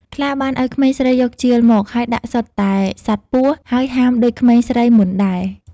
ខ្លាបានឲ្យក្មេងស្រីយកជាលមក ហើយដាក់សុទ្ធតែសត្វពស់ ហើយហាមដូចក្មេងស្រីមុនដែរ។